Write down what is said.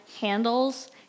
handles